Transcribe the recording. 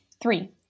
Three